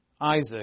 Isaac